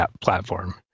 platform